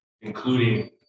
including